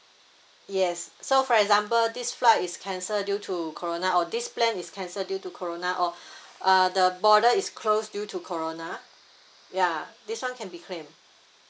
yes so for example this flight is cancel due to corona or this plan is cancel due to corona or uh the border is close due to corona ya this [one] can be claim